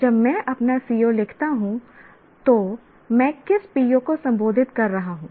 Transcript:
जब मैं अपना CO लिखता हूं तो मैं किस PO को संबोधित कर रहा हूं